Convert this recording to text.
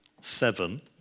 seven